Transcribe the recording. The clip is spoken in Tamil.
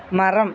மரம்